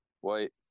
white